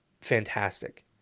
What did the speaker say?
fantastic